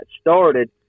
started